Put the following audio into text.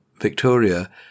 Victoria